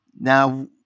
now